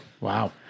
wow